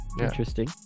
interesting